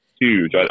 huge